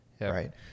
Right